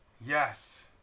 Yes